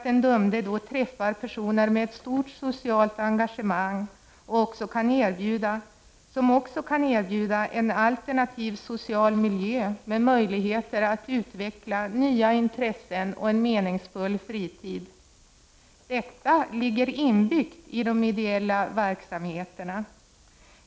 Den dömde träffar då personer med ett stort socialt engagemang som också kan erbjuda en alternativ social miljö med möjlighet att utveckla nya intressen och en meningsfull fritid. Detta ligger inbyggt i de ideella verksamheterna.